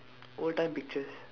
old time pictures